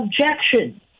objection